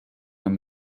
man